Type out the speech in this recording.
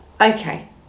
Okay